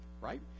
right